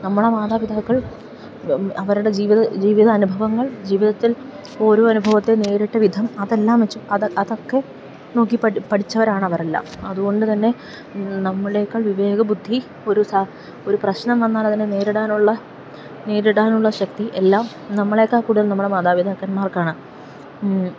നമ്മുടെ മാതാപിതാക്കൾ അവരുടെ ജീവിത അനുഭവങ്ങൾ ജീവിതത്തിൽ ഓരോ അനുഭവത്തെ നേരിട്ട വിധം അതെല്ലാംവച്ച് അതൊക്കെ നോക്കി പഠിച്ചവരാണവരെല്ലാം അതുകൊണ്ടുതന്നെ നമ്മളേക്കാൾ വിവേക ബുദ്ധി ഒരു ഒരു പ്രശ്നം വന്നാൽ അതിനെ നേരിടാനുള്ള നേരിടാനുള്ള ശക്തി എല്ലാം നമ്മളേക്കാള് കൂടുതൽ നമ്മുടെ മാതാപിതാക്കന്മാർക്കാണ്